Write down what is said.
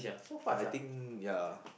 I think ya